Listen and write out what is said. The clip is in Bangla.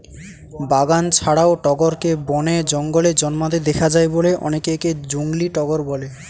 বাগান ছাড়াও টগরকে বনে, জঙ্গলে জন্মাতে দেখা যায় বলে অনেকে একে জংলী টগর বলে